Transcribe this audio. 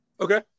Okay